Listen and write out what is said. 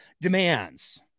demands